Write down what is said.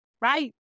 right